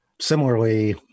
Similarly